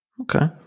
Okay